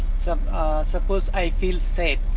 so suppose i feel sad.